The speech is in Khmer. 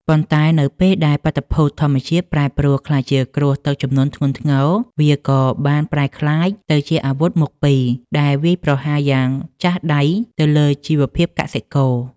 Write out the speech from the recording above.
ប៉ុន្តែនៅពេលដែលបាតុភូតធម្មជាតិប្រែប្រួលក្លាយជាគ្រោះទឹកជំនន់ធ្ងន់ធ្ងរ វាក៏បានប្រែក្លាយទៅជាអាវុធមុខពីរដែលវាយប្រហារយ៉ាងចាស់ដៃទៅលើជីវភាពកសិករ។